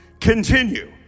Continue